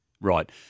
Right